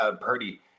Purdy